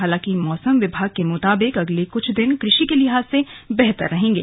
हालांकि मौसम विभाग के मुताबिक अगले कुछ दिन कृषि के लिहाज से बेहतर रहेंगे